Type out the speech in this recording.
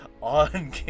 on